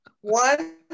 One